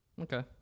okay